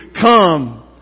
Come